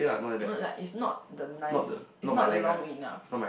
no no like it's not the nice it's not long enough